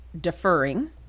deferring